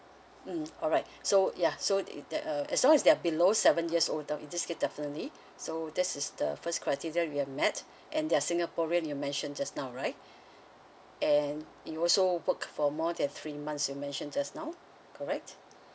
mm alright so ya so if that uh as long as they're below seven years old in this case definitely so that's the first criteria you have met and they are singaporean you mentioned just now right and you also worked for more than three months you mentioned just now correct